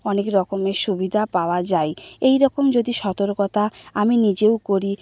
অনেক রকমের সুবিধা পাওয়া যায় এইরকম যদি সতর্কতা আমি নিজেও করি